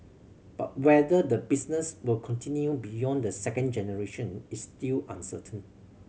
but whether the business will continue beyond the second generation is still uncertain